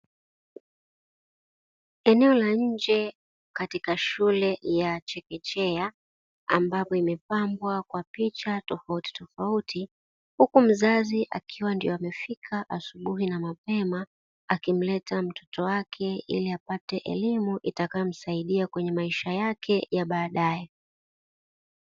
Eneo la nje katika shule ya chekechea ambapo imepambwa kwa picha tofautitofauti, huku mzazi akiwa ndo amefika asubuhi na mapema wakimleta mtoto wake aliyepate elimu itakayomsaidia katika maisha yake ya baadaye.